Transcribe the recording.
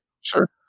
Sure